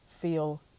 feel